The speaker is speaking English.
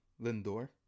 Lindor